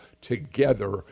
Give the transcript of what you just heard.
together